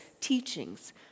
teachings